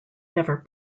never